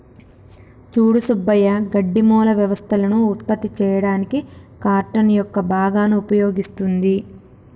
సూడు సుబ్బయ్య గడ్డి మూల వ్యవస్థలను ఉత్పత్తి చేయడానికి కార్టన్ యొక్క భాగాన్ని ఉపయోగిస్తుంది